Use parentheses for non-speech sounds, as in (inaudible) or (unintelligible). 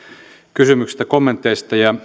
kysymyksistä ja (unintelligible)